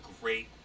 great